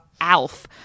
Alf